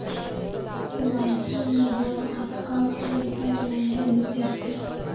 KYC में वो आपका पैन नंबर भी पूछतो